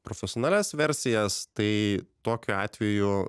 profesionalias versijas tai tokiu atveju